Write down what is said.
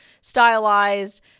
stylized